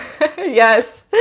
Yes